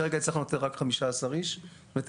כרגע הצלחנו לאתר רק 15 איש זאת אומרת,